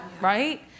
right